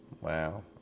Wow